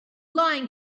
lying